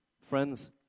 Friends